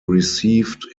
received